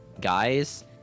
guys